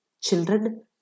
Children